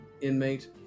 inmate